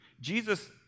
Jesus